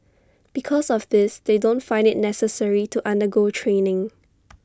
because of this they don't find IT necessary to undergo training